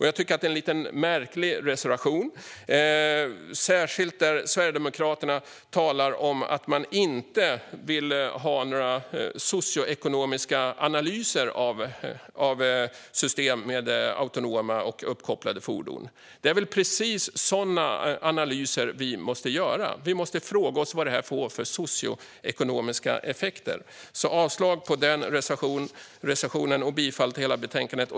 Jag tycker att det är en lite märklig reservation, särskilt då Sverigedemokraterna talar om att man inte vill ha några socioekonomiska analyser av system med autonoma och uppkopplade fordon. Det är väl precis sådana analyser vi måste göra. Vi måste fråga oss vad det får för socioekonomiska effekter. Jag yrkar alltså avslag på den reservationen och bifall till utskottets förslag i betänkandet.